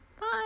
Bye